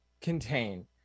contain